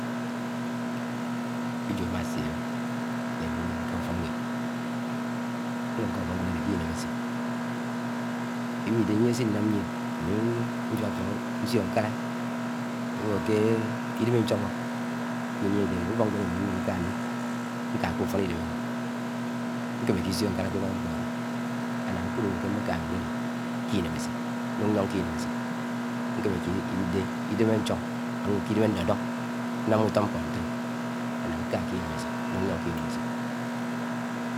éjo amáchelé ṉńá éw̄o̱ ýiéṉ ká úfo̱kṉẁed. m̱m̱eká úfọkṉẃed, ádé ké Inémechit, iwide. iyiehe se Inam mien ami nfifiok nsio̱. nkala, nwo ḵe idem̄ icho̱hẹ ké īni̱ adehe. ufọkṉwed ewọ ýiéṉ kami, nká ke úfon. Idem ámi, ṉkemeke isio̱ nkala ké ulo̱họ. nḱpo ade, ána, ṉkúd ṉwo ké m̱ḿ̱e ká. nwe̱d cide ke Ine̱m̱échit nun nyon ke. Inemechit. nkemeke, ide idém aćho̱n. ánwó ké, Idém̱ adó̱dón. Nṉam̱a úto nkpo ntele, ánṉa ńká ké. inemechit núṉ ńyọn ké Inémechit.